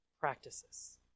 practices